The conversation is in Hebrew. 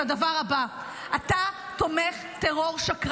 רשום לפניך את הדבר הבא: אתה תומך טרור שקרן.